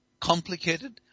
complicated